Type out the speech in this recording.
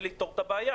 ולפתור את הבעיה.